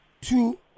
Two